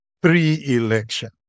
pre-election